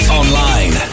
online